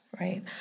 Right